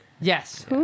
Yes